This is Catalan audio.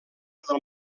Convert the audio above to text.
del